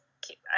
keep